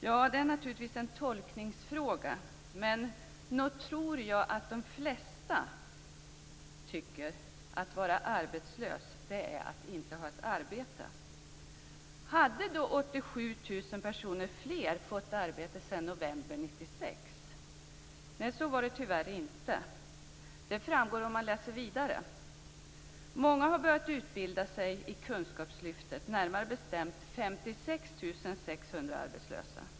Ja, det är naturligtvis en tolkningsfråga, men nog tror jag att de flesta tycker att det innebär att man inte har ett arbete. Hade då 87 000 personer fler fått arbete sedan november 1996? Nej, så var det tyvärr inte. Det framgår om man läser vidare. Många har börjat utbilda sig i kunskapslyftet, närmare bestämt 56 600 arbetslösa.